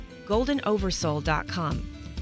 goldenoversoul.com